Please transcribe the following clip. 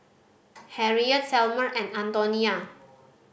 Harriet Selmer and Antonia